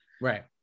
Right